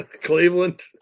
Cleveland